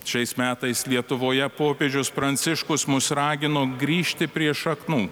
šiais metais lietuvoje popiežius pranciškus mus ragino grįžti prie šaknų